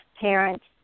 parents